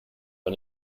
war